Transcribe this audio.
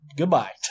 goodbye